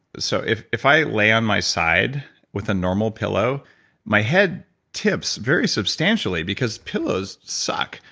so if if i lay on my side with a normal pillow my head tips very substantially because pillows suck.